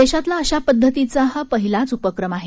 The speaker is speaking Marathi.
देशातला अशा पध्दतीचा हा पहिलाच उपक्रम आहे